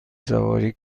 سواری